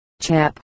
Chap